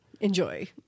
Enjoy